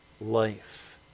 life